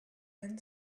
then